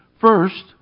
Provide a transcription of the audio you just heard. First